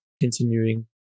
continuing